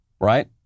Right